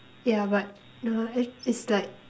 yeah but nah it's it's like